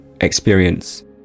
experience